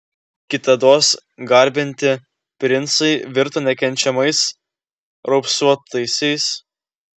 kitados garbinti princai virto nekenčiamais raupsuotaisiais